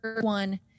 one